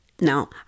Now